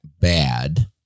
bad